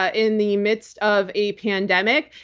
ah in the midst of a pandemic,